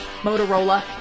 Motorola